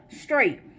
straight